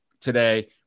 today